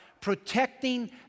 protecting